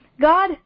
God